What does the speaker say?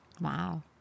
Wow